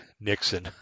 Nixon